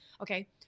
okay